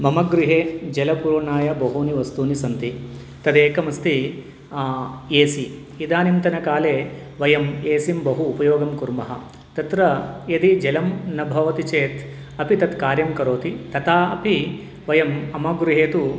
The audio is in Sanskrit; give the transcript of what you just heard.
मम गृहे जलपूरणाय बहूनि वस्तूनि सन्ति तदेकमस्ति ए सि इदानीन्तनकाले वयम् एसिं बहु उपयोगं कुर्मः तत्र यदि जलं न भवति चेत् अपि तत् कार्यं करोति तथा अपि वयं मम गृहे तु